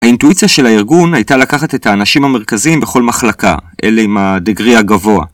האינטואיציה של הארגון הייתה לקחת את האנשים המרכזיים בכל מחלקה, אלה עם ה degree הגבוה.